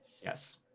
yes